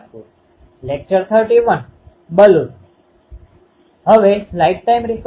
પરંતુ આ વાયર એન્ટેનાની ચર્ચામાં પહેલાં આપણે એક વસ્તુ નિર્દેશિત કરવા માગીએ છીએ